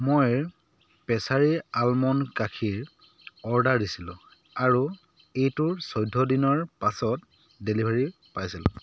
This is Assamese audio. মই ৰ প্ৰেছাৰী আলমণ্ড গাখীৰ অৰ্ডাৰ দিছিলোঁ আৰু এইটোৰ চৈধ্য দিনৰ পাছত ডেলিভাৰী পাইছিলোঁ